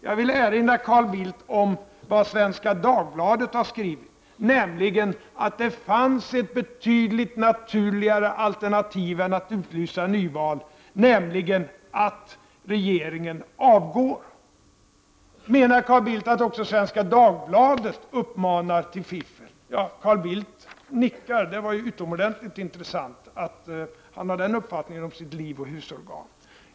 Jag vill erinra Carl Bildt om vad Svenska Dagbladet har skrivit, nämligen att det fanns ett betydligt naturligare alternativ än att utlysa nyval, och det var att regeringen skulle avgå. Menar Carl Bildt att också Svenska Dagbladet uppmanar till fiffel? Ja, Carl Bildt nickar, och det var utomordentligt intressant att han har den uppfattningen om sitt livoch husorgan.